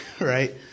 right